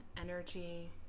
energy